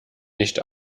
nicht